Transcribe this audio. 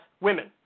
women